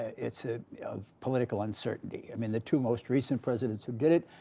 it's ah yeah of political uncertainty. i mean, the two most recent presidents who did it,